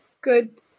good